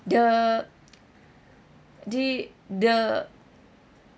the they the